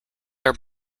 are